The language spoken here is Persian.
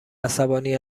عصبانی